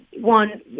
one